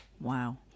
Wow